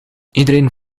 iedereen